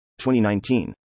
2019